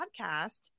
podcast